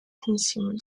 consumer